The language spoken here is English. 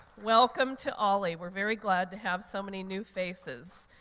welcome to olli. we're very glad to have so many new faces.